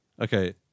Okay